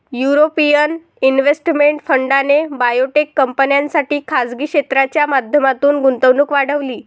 European investment फंडाने biotech कंपन्यांसाठी खासगी क्षेत्राच्या माध्यमातून गुंतवणूक वाढवली